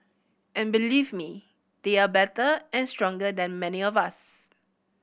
and believe me they are better and stronger than many of us